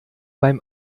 beim